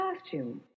costume